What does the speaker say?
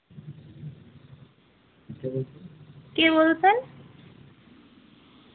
কে বলছেন